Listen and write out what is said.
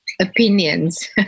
opinions